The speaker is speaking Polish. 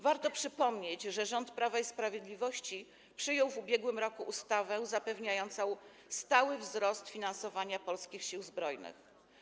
Warto przypomnieć, że rząd Prawa i Sprawiedliwości przyjął w ubiegłym roku ustawę zapewniającą stały wzrost finansowania polskich Sił Zbrojnych.